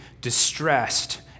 distressed